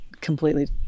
Completely